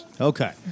Okay